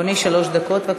אדוני, שלוש דקות.